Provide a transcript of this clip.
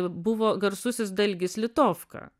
buvo garsusis dalgis litovka